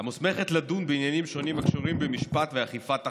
המוסמכת לדון בעניינים שונים הקשורים במשפט ואכיפת החוק.